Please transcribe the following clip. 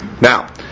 Now